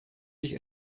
dich